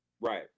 Right